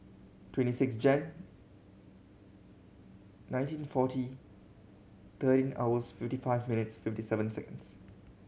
twenty six Jan nineteen forty thirteen hours fifty five minutes fifty seven seconds